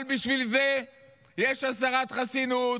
אבל בשביל זה יש הסרת חסינות,